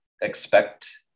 expect